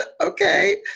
Okay